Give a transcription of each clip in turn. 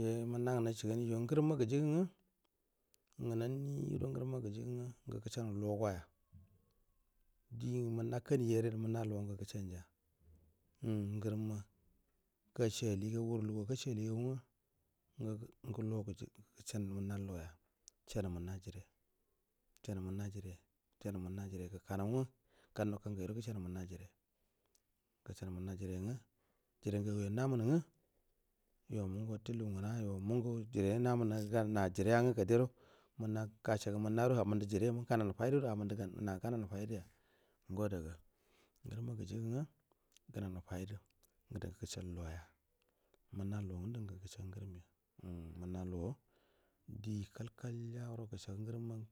Yee munonan ga nashi gani jo nguru mma gujigu ngu ngunni do ngeru ma gajigu ngu gushe nu logo yoi dimunna kani jare munna lo ngu gas ja umm ngurumma gashi ali ga gu du lugu wa gashe ali gagu ngu nngu ngu du lugu ula gashe munna lo ya chani manna jire chani munna jire chani munna jire gukka ngu gan nau kan gai ko gushe nu munna jire gushenu munna jire nga jire nga guy o na munu nga yo mungu watte kkuga ngana yo mungu jire na mun ru no jire ya nga gadder o manna gashe gu munna do amundu jire mu ganan faidu do amundu na ga nan faidu ya ngo dagul ugurumma gijigu ngu gananuwo faidu gadu gushe nalo ya munna lo ngun du angu gushe na lo ya munna lo ngundu an gu gushe ga ngurum ja umm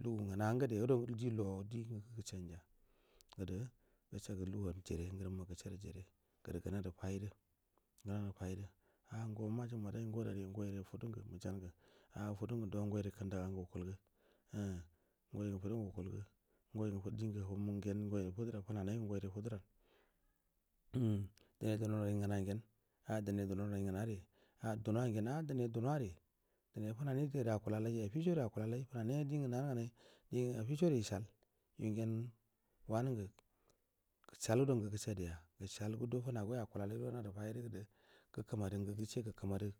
munnaco nguna ngade ro di lo di ngu gushen ja gadu gushe gu keg u anjire nguramma gushe du jire gudu guna du faidu gu nadu faidu a ngo maka gu madai nga ngo dare nguire fadun ngu mujan gu a fu dunngu do ngoire kandu gannu wukul gu umm ngoi ngu fadan ga wukal nga ngoi ng din ga wuhum ngen fana nai ngoi ri fuduran umm dunai duno ram ai nguna ngen a dunai duno ranai ngunari duna n gen a dunai udnari dune funai dia da akula ija affiso di a kulal funai din ganan ganai dia affisodi yishal yungen anun gu gushal do ngu gushe duya gushal gudo funa goi akulai gado wuna du faiidu gudu gakku nadu ngu gushe gukku mada.